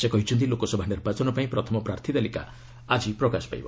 ସେ କହିଛନ୍ତି ଲୋକସଭା ନିର୍ବାଚନ ପାଇଁ ପ୍ରଥମ ପ୍ରାର୍ଥୀତାଲିକା ଆଜି ପ୍ରକାଶ ପାଇବ